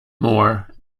moor